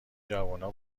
جوونا